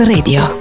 Radio